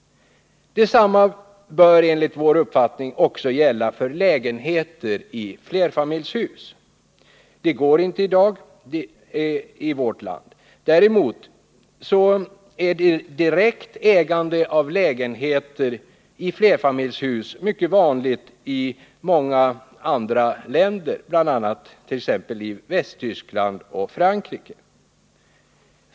Detsamma bör enligt vår uppfattning gälla även för lägenheter i flerfamiljshus. Direkt ägande av lägenhet i flerfamiljshus är mycket vanligt i många andra länder, t.ex. i Västtyskland och Frankrike.